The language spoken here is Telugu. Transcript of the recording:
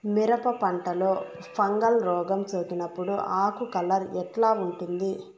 మిరప పంటలో ఫంగల్ రోగం సోకినప్పుడు ఆకు కలర్ ఎట్లా ఉంటుంది?